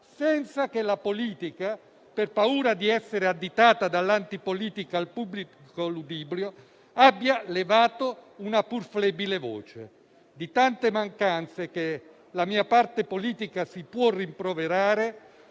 senza che la politica, per paura di essere additata dall'antipolitica al pubblico ludibrio, abbia levato una pur flebile voce. Di tante mancanze che la mia parte si può rimproverare